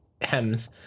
HEMS